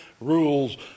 rules